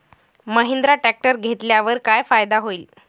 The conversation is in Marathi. महिंद्रा ट्रॅक्टर घेतल्यावर काय फायदा होईल?